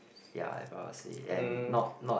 ya I'm proud to say and not not